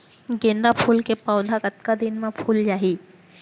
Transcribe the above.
गेंदा फूल के पौधा कतका दिन मा फुल जाही?